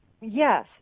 yes